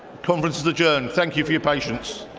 conference is adjourned. thank you for your patience.